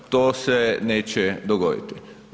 To se neće dogoditi.